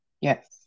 Yes